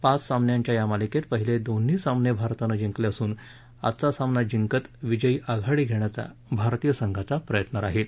पाच सामन्यांच्या या मालिकेत पहिले दोन्ही सामने भारतानं जिंकले असून आज सामना जिंकत विजयी आघाडी घेण्याचा भारतीय संघाचा प्रयत्न राहील